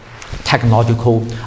technological